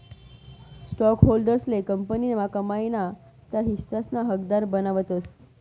स्टॉकहोल्डर्सले कंपनीना कमाई ना त्या हिस्साना हकदार बनावतस